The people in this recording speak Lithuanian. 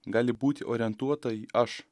gali būti orientuota į aš